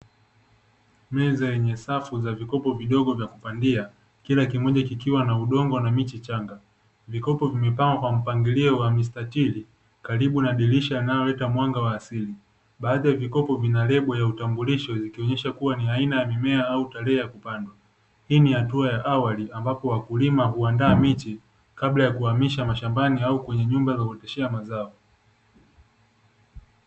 Meza yenye safu za vikopo vidogo vya kupandia kila kimoja kikiwa na udongo na miche changa, mikopo vimepangwa kwa mpangilio wa mstatili karibu na dirisha linaloleta mwanga wa asili baadhi ya vikopo vina lebo ya utambulisho zikionyesha kuwa ni aina ya mimea au tarehe ya kupandwa, hii ni hatua ya awali ambapo wakulima huandaa miti kabla ya kuhamisha mashambani au kwenye nyumba za kuoteshea mazao.